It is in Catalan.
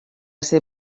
ser